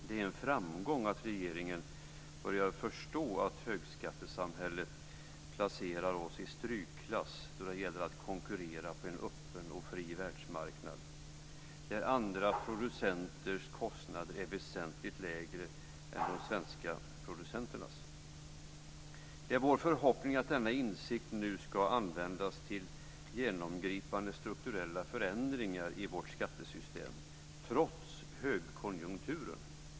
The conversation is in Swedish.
Det är en framgång att regeringen börjar förstå att högskattesamhället placerar oss i strykklass då det gäller att konkurrera på en öppen och fri världsmarknad, där andra producenters kostnader är väsentligt lägre än de svenska producenternas. Det är vår förhoppning att denna insikt nu ska användas till genomgripande strukturella förändringar i vårt skattesystem, trots högkonjunkturen.